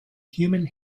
human